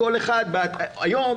היום,